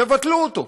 תבטלו אותו,